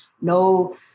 no